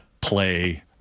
play